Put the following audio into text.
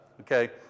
okay